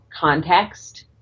context